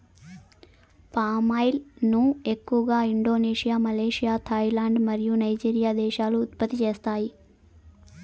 palm oil ను ఎక్కువగా Indonesia, Malaysia, Thailand మరియు నైజీరియా దేశాలు ఉత్పత్తి చేస్తాయి